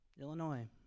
Illinois